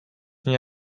nie